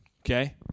okay